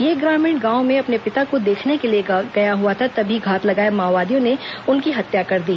यह ग्रामीण गांव में अपने पिता को देखने के लिए गया हुआ था तभी घात लगाए माओवादियों ने उसकी हत्या कर दी